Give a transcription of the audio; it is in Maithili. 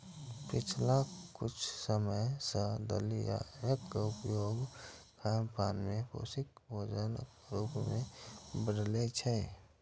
पिछला किछु समय सं दलियाक उपयोग खानपान मे पौष्टिक भोजनक रूप मे बढ़लैए